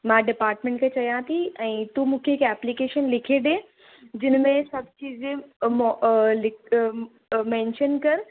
मां डिपार्टमेंट खे चवां थी ऐं तूं मूंखे हिकु एप्लीकेशन लिखी ॾिए जिनि में सभु चीजे मैंशन कर